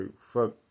fuck